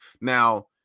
Now